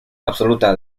absoluta